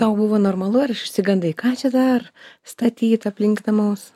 tau buvo normalu ar išsigandai ką čia dar statyt aplink namus